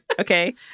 okay